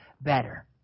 better